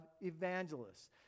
evangelists